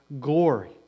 glory